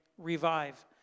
Revive